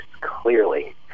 clearly